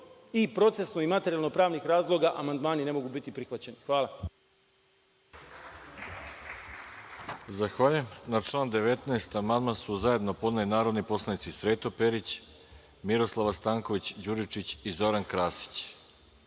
i procesno i materijalno pravnih razloga amandmani ne mogu biti prihvaćeni. Hvala. **Veroljub Arsić** Zahvaljujem. Na član 19. amandman su zajedno podneli narodni poslanici Sreto Perić, Miroslava Stanković Đuričić i Zoran Krasić. Da